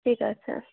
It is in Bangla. ঠিক আছে